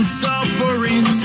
suffering